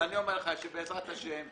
אני אומר לך שבעזרת השם,